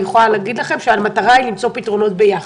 אני יכולה להגיד לכם שהמטרה היא למצוא פתרונות ביחד,